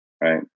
right